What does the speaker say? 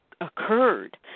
occurred